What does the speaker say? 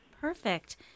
Perfect